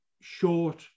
short